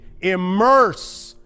Immerse